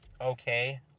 okay